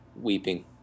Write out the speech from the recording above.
weeping